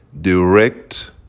Direct